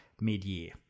mid-year